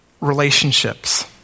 relationships